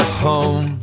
home